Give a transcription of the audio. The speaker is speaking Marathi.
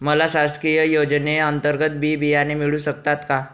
मला शासकीय योजने अंतर्गत बी बियाणे मिळू शकतात का?